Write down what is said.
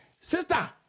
Sister